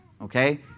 okay